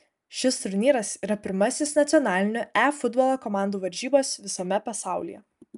šis turnyras yra pirmasis nacionalinių e futbolo komandų varžybos visame pasaulyje